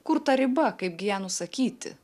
kur ta riba kaip gi ją nusakyti